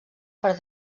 per